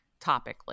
topically